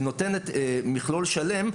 היא נותנת מכלול שלם,